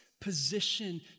position